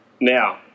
Now